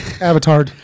avatar